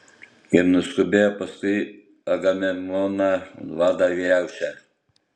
ir nuskubėjo paskui agamemnoną vadą vyriausią